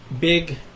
big